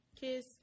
kiss